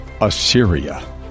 Assyria